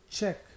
check